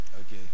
Okay